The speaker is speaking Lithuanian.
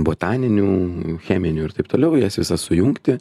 botaninių cheminių ir taip toliau jas visas sujungti